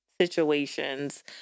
situations